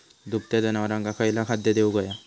दुभत्या जनावरांका खयचा खाद्य देऊक व्हया?